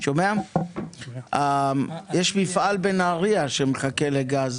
יש מפעל בנהריה שמחכה לגז